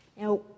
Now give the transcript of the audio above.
Now